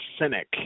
cynic